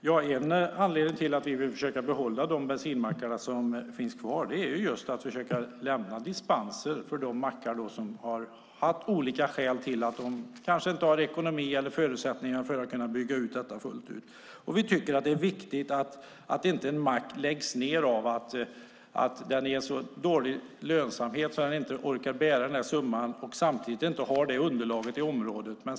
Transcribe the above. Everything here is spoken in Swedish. Fru talman! Ett sätt att försöka behålla de bensinmackar som finns kvar är just att lämna dispenser för de mackar som av olika skäl inte har kunnat bygga ut detta fullt ut, till exempel att de inte har ekonomi eller förutsättningar för detta. Vi tycker att det är viktigt att en mack inte läggs ned på grund av att det är så dålig lönsamhet, att den inte orkar bära kostnaden och att den inte har tillräckligt underlag i området.